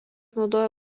naudoja